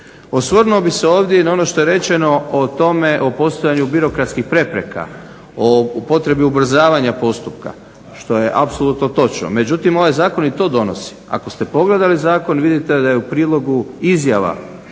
Osvrnuo bih se ovdje i na ono što je rečeno o tome o postojanju birokratskih prepreka, o potrebi ubrzavanja postupka što je apsolutno točno. Međutim, ovaj zakon i to donosi. Ako ste pogledali zakon vidite da je u prilogu izjava